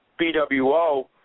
BWO